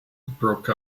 broke